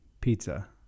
pizza